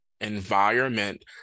environment